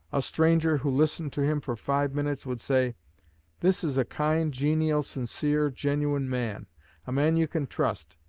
a stranger who listened to him for five minutes would say this is a kind, genial, sincere, genuine man a man you can trust,